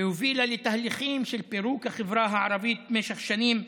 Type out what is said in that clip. והובילה לתהליכים של פירוק החברה הערבית במשך שנים,